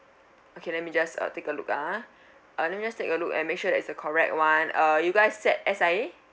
okay let me just uh take a look ah uh let me just take a look and make sure that it's the correct [one] uh you guys sat S_I_A